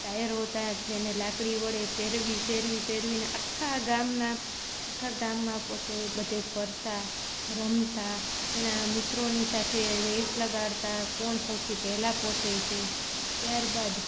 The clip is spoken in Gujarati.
ટાયર હોતાં તેને લાકડી વડે ફેરવી ફેરવી ફેરવી ને આખા ગામનાં આખા ગામમાં પોતે બધે ફરતાં રમતાં તેનાં મિત્રોની સાથે રેસ લગાડતાં કોણ સૌથી પહેલાં પહોંચે છે ત્યાર બાદ